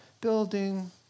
building